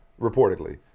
reportedly